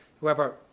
whoever